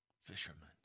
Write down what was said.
fisherman